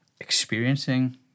experiencing